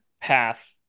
path